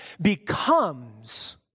becomes